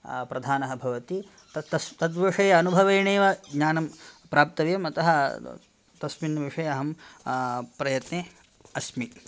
प्रधानः भवति तद् तस् तद्विषये अनुभवेणैव ज्ञानं प्राप्तव्यम् अतः तस्मिन् विषये अहं प्रयत्ने अस्मि